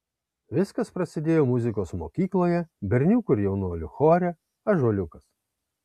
viskas prasidėjo muzikos mokykloje berniukų ir jaunuolių chore ąžuoliukas